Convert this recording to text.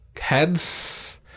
heads